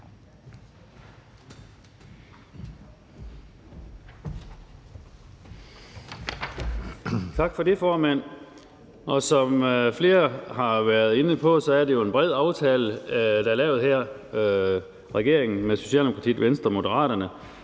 Tak for det, formand. Som flere har været inde på, er det jo en bred aftale, der er lavet her. Det er regeringen med Socialdemokratiet, Venstre, Moderaterne,